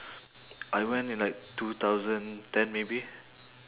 I went in like two thousand ten maybe